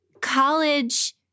college